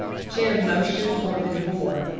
jim motioned toward the drawer.